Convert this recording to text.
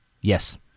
Yes